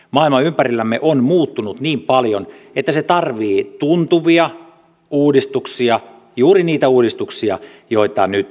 maailma ympärillämme on muuttunut niin paljon että se tarvitsee tuntuvia uudistuksia juuri niitä uudistuksia joita nyt haetaan